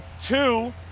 Two